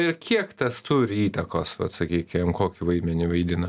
ir kiek tas turi įtakos vat sakykim kokį vaidmenį vaidina